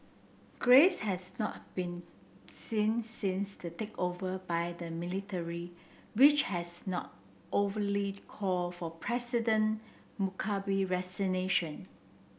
Grace has not been seen since the takeover by the military which has not overtly call for President Mugabe resignation